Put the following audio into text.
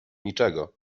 niczego